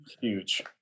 huge